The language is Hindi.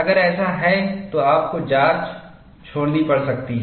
अगर ऐसा है तो आपको जाँच छोड़नी पड़ सकती है